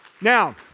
Now